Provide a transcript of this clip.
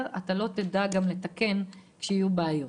במערכת אתה לא תדע גם לתקן כשיהיו בעיות.